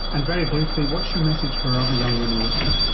and, very briefly, what's your message for other young women listening?